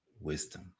wisdom